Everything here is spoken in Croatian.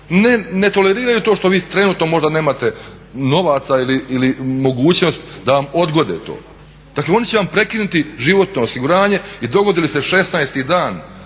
Ne toleriraju to što vi trenutno možda nemate novaca ili mogućnost da vam odgode to. Dakle oni će vam prekinuti životno osiguranje i dogodi li se 16.-ti dan